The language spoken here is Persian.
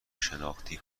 شناختی